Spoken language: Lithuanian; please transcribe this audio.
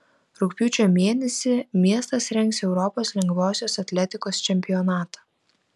rugpjūčio mėnesį miestas rengs europos lengvosios atletikos čempionatą